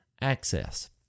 access